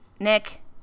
Nick